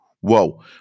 whoa